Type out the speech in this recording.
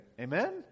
Amen